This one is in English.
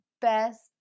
best